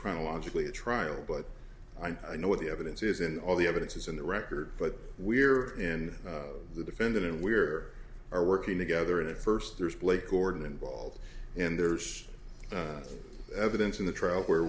chronologically the trial but i know what the evidence is in all the evidence is in the record but we're in the defendant and we're are working together in it first there's blake gordon involved and there's evidence in the trial where